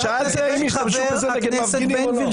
שאלתי האם השתמשו בזה נגד מפגינים או לא.